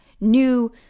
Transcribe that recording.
new